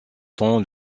temps